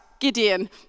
Gideon